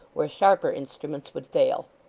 where sharper instruments would fail.